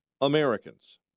Americans